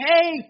hey